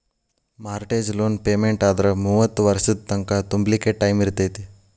mortgage loan ಪೆಮೆನ್ಟಾದ್ರ ಮೂವತ್ತ್ ವರ್ಷದ್ ತಂಕಾ ತುಂಬ್ಲಿಕ್ಕೆ ಟೈಮಿರ್ತೇತಿ